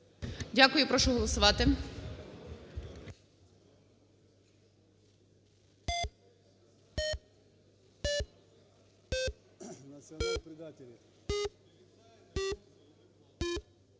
Дякую. Прошу голосувати.